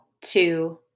two